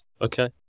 Okay